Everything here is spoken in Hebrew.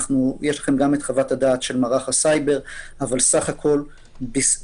יש לכם גם חוות הדעת של מערך הסייבר אבל סך הכול בסביבות